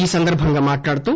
ఈ సందర్బంగా మాట్లాడుతూ